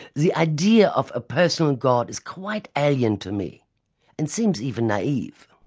the idea of personal god is quite alien to me and seems even naive.